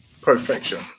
perfection